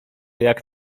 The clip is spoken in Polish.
jak